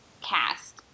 cast